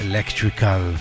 Electrical